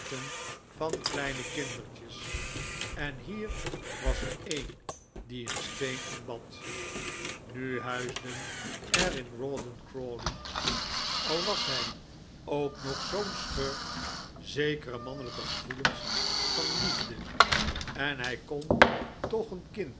van kleine kindertjes en hier was er een die een steen aanbad nu huisden er in rawdon crawley al was hij ook nog zoo'n schurk zekere mannelijke gevoelens van liefde en hij kon toch een kind